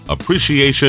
appreciation